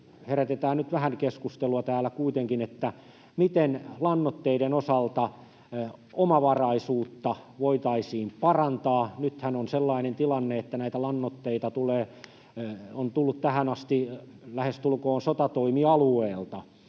herätetään nyt vähän keskustelua täällä kuitenkin — että miten lannoitteiden osalta omavaraisuutta voitaisiin parantaa. Nythän on sellainen tilanne, että lannoitteita on tullut tähän asti lähestulkoon sotatoimialueelta,